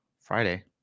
Friday